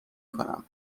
کنم